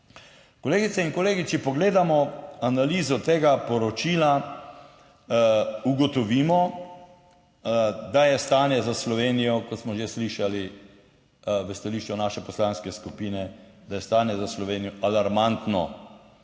Kolegice in kolegi, če pogledamo analizo tega poročila ugotovimo, da je stanje za Slovenijo, kot smo že slišali v stališču naše poslanske skupine, da je stanje za Slovenijo alarmantno,